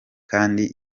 kandi